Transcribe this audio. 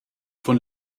von